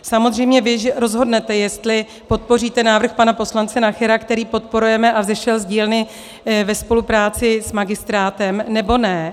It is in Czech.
Samozřejmě že vy rozhodnete, jestli podpoříte návrh pana poslance Nachera, který podporujeme a vzešel z dílny ve spolupráci s magistrátem, nebo ne.